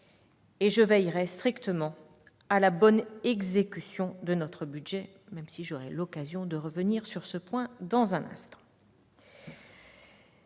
et je veillerai strictement à la bonne exécution de notre budget. J'aurai l'occasion de revenir sur ce point dans un instant.